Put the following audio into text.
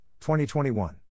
2021